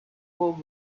world